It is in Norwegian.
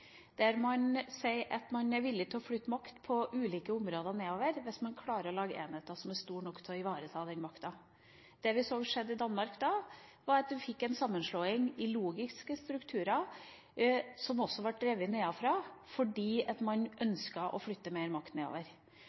der man sier at man er villig til å flytte makt på ulike områder nedover, hvis man klarer å lage enheter som er store nok til å ivareta den makten. Det vi så skjedde i Danmark da, var at de fikk en sammenslåing i logiske strukturer, som også ble drevet nedenfra fordi man ønsket å flytte mer makt nedover.